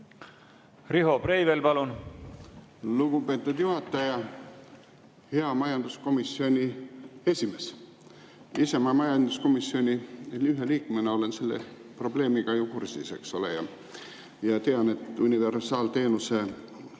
Riho Breivel, palun! Lugupeetud juhataja! Hea majanduskomisjoni esimees! Ma ise majanduskomisjoni liikmena olen selle probleemiga ju kursis, eks ole. Ma tean, et universaalteenuse,